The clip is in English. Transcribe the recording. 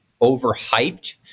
overhyped